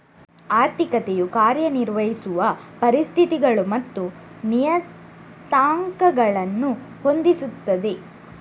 ಆರ್ಥಿಕತೆಯು ಕಾರ್ಯ ನಿರ್ವಹಿಸುವ ಪರಿಸ್ಥಿತಿಗಳು ಮತ್ತು ನಿಯತಾಂಕಗಳನ್ನು ಹೊಂದಿಸುತ್ತದೆ